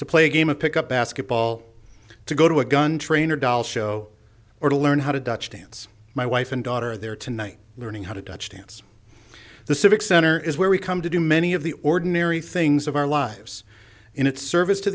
to play a game of pick up basketball to go to a gun train or doll show or to learn how to dutch dance my wife and daughter there tonight learning how to touch dance the civic center is where we come to do many of the ordinary things of our lives in its service to